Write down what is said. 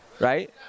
Right